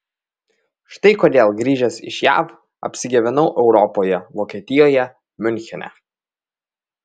štai kodėl grįžęs iš jav apsigyvenau europoje vokietijoje miunchene